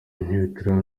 ntituragera